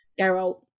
Geralt